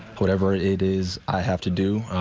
whatever it it is i have to do